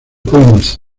queens